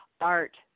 art